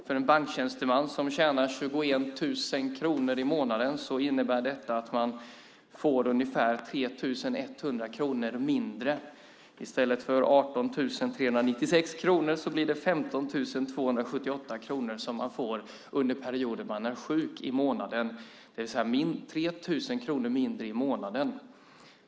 För en banktjänsteman som tjänar 21 000 kronor i månaden innebär detta ungefär 3 100 kronor mindre - i stället för 18 396 kronor blir det 15 278 kronor i månaden under perioden man är sjuk, det vill säga 3 000 kronor mindre i månaden.